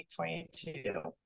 2022